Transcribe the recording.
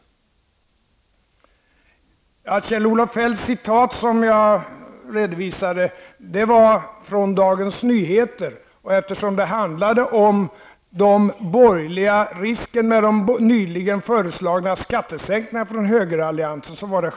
Det citat av Kjell-Olof Feldt som jag redovisade var från Dagens Nyheter. Det gällde risken med den nyligen föreslagna skattesänkningarna från högeralliansen.